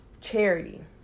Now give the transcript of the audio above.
charity